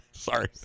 Sorry